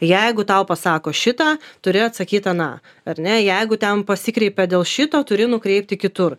jeigu tau pasako šitą turi atsakyt aną ar ne jeigu ten pasikreipia dėl šito turi nukreipti kitur